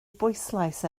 bwyslais